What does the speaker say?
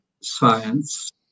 science